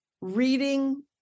reading